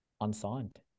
Unsigned